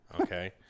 okay